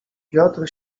piotr